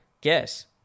Guess